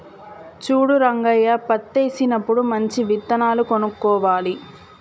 చూడు రంగయ్య పత్తేసినప్పుడు మంచి విత్తనాలు కొనుక్కోవాలి